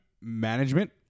management